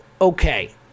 okay